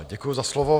Děkuji za slovo.